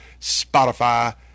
Spotify